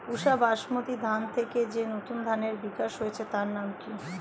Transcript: পুসা বাসমতি ধানের থেকে যে নতুন ধানের বিকাশ হয়েছে তার নাম কি?